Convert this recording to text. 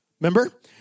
Remember